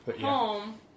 Home